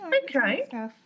Okay